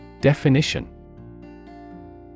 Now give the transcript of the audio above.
Definition